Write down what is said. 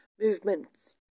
movements